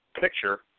picture